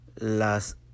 las